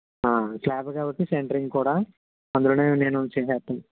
స్లాబే కాబట్టి సెంటరింగ్ కూడా అందులోనే నేను చేసేస్తాను